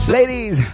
Ladies